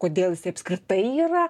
kodėl jisai apskritai yra